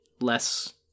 Less